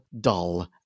dull